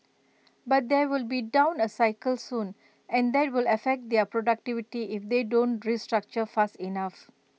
but there will be down A cycle soon and that will affect their productivity if they don't restructure fast enough